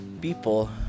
people